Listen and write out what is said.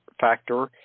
Factor